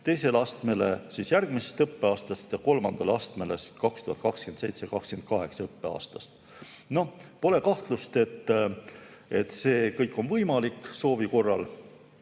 teisele astmele järgmisest õppeaastast ja kolmandale astmele 2027/2028. õppeaastast. Pole kahtlust, et see kõik on soovi korral